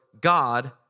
God